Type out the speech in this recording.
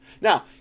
Now